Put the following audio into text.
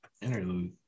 Interlude